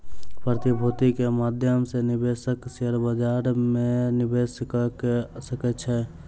प्रतिभूति के माध्यम सॅ निवेशक शेयर बजार में निवेश कअ सकै छै